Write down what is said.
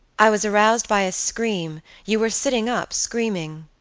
i was aroused by a scream you were sitting up screaming.